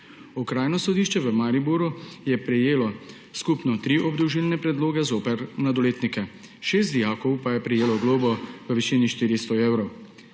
Okrajno sodišče v Mariboru je prejelo skupno tri obdolžilne predloge zoper mladoletnike, šest dijakov pa je prejelo globo v višini 400 evrov.